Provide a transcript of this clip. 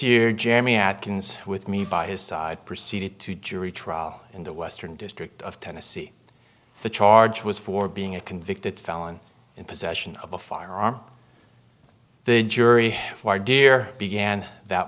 year jeremy atkins with me by his side proceeded to jury trial in the western district of tennessee the charge was for being a convicted felon in possession of a firearm the jury for dear began that